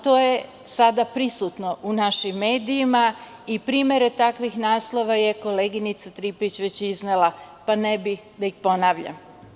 To je sada prisutno u našim medijima i primere takvih naslova je koleginica Tripić već iznela, pa ne bih da ih ponavljam.